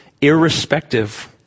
irrespective